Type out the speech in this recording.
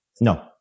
No